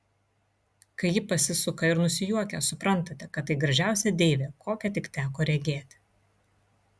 kai ji pasisuka ir nusijuokia suprantate kad tai gražiausia deivė kokią tik teko regėti